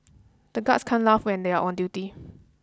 the guards can't laugh when they are on duty